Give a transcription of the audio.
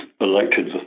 elected